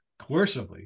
coercively